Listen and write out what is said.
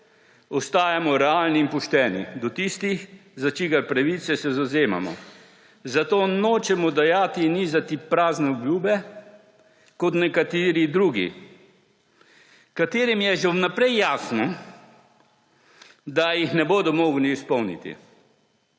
ostajamo realni in pošteni do tistih, za čigar pravice se zavzemamo, zato nočemo dajati in nizati prazne obljube kot nekateri drugi, katerim je že vnaprej jasno, da jih ne bodo mogli izpolniti.